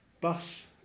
Bus